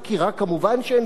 כמובן אין שום דבר,